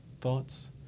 Thoughts